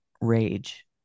rage